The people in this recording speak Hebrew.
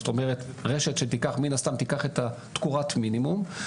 זאת אומרת רשת שתיקח מן הסתם את תקורת המינימום.